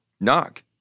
knock